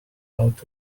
out